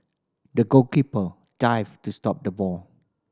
the goalkeeper dived to stop the ball